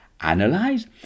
analyze